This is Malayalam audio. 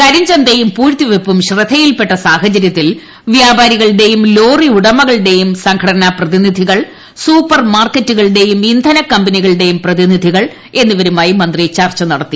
കരിഞ്ചന്തയും പൂഴ്ത്തിവയ്പും ശ്രദ്ധയിൽപെട്ട സാഹചരൃത്തിൽ വൃാപാരികളുടെയും ലോറി ഉടമകളുടെയും സംഘടനാ പ്രതിനിധികൾ സൂപ്പർ മാർക്കറ്റുകളുടെയും ഇന്ധന കമ്പനികളുടെയും പ്രതിനിധികൾ എന്നിവരുമായി മന്ത്രി ചർച്ച നടത്തി